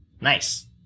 nice